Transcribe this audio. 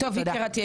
טוב יקירתי,